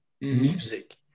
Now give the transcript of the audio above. music